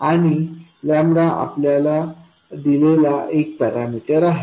आणि आपल्याला दिलेला एक पॅरामीटर आहे